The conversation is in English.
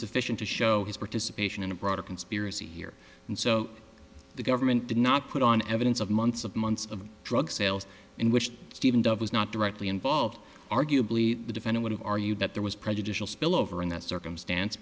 sufficient to show his participation in a broader conspiracy here and so the government did not put on evidence of months of months of drug sales in which stephen douglas not directly involved arguably the defendant to argue that there was prejudicial spillover in that circumstance